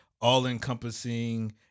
all-encompassing